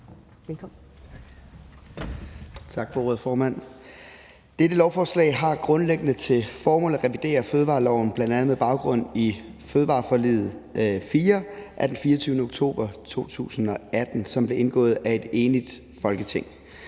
(S): Tak for ordet, formand. Dette lovforslag har grundlæggende til formål at revidere fødevareloven, bl.a. med baggrund i »Fødevareforlig 4« af den 24. oktober 2018, som blev indgået af et enigt Folketing.